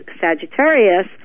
Sagittarius